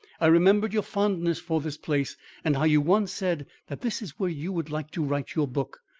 i remembered your fondness for this place and how you once said that this is where you would like to write your book,